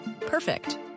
Perfect